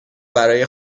برای